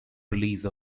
release